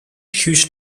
huge